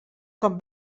com